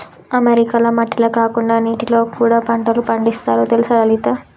అమెరికాల మట్టిల కాకుండా నీటిలో కూడా పంటలు పండిస్తారు తెలుసా లలిత